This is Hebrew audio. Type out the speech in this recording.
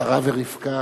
שרה ורבקה.